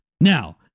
Now